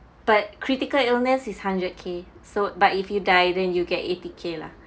but critical illness is hundred K so but if you die then you get eighty K lah